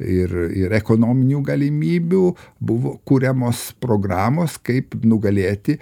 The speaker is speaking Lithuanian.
ir ir ekonominių galimybių buvo kuriamos programos kaip nugalėti